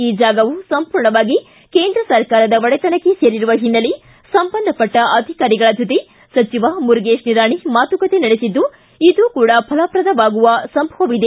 ಈ ಜಾಗವು ಸಂಪೂರ್ಣವಾಗಿ ಕೇಂದ್ರ ಸರ್ಕಾರದ ಒಡೆತನಕ್ಕೆ ಸೇರಿರುವ ಹಿನ್ನೆಲೆ ಸಂಬಂಧಪಟ್ಟ ಅಧಿಕಾರಿಗಳ ಜೊತೆ ಸಚಿವ ಮುರುಗೇಶ್ ನಿರಾಣಿ ಮಾತುಕತೆಯ ನಡೆಸಿದ್ದು ಇದು ಕೂಡ ಫಲಪ್ರದವಾಗಿದೆ ಸಂಭವವಿದೆ